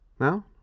No